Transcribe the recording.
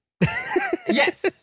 Yes